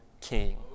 king